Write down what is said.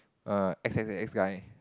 err X X X guy